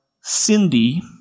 Cindy